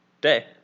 day